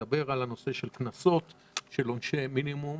בכוונתי לדון בנושא של קנסות ועונשי מינימום